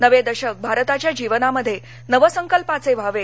नवे दशक भारताच्या जीवनामध्ये नवसंकल्पाचे व्हावे